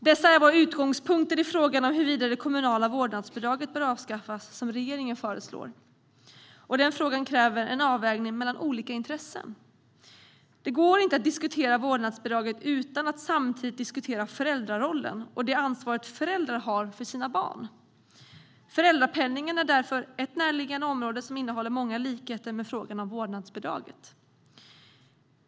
Detta är våra utgångspunkter i fråga om huruvida det kommunala vårdnadsbidraget bör avskaffas, som regeringen föreslår. Den frågan kräver en avvägning mellan olika intressen. Det går inte att diskutera vårdnadsbidraget utan att samtidigt diskutera föräldrarollen och det ansvar som föräldrar har för sina barn. Föräldrapenningen är därför ett närliggande område som innehåller många likheter med frågan om vårdnadsbidraget.